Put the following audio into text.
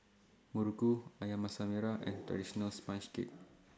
Muruku Ayam Masak Merah and Traditional Sponge Cake